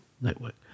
network